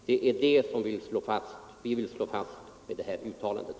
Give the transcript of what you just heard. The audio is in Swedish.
Det är detta som vi vill slå fast med det här uttalandet.